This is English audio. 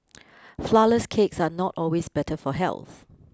flourless cakes are not always better for health